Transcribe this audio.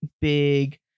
big